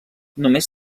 només